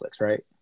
right